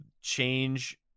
change